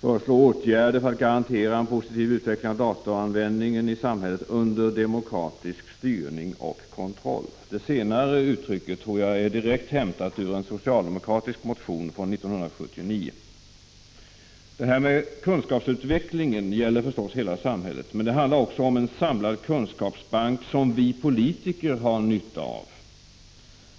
och föreslå åtgärder för att garantera en positiv utveckling av datoranvändningen i samhället under 59 demokratisk styrning och kontroll. Det senare uttrycket tror jag är direkt hämtat ur en socialdemokratisk motion från 1979. Det här med kunskapsutvecklingen gäller förstås hela samhället, men det handlar också om en samlad kunskapsbank som vi politiker har nytta av.